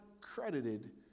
credited